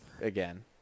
Again